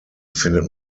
findet